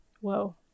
Whoa